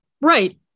Right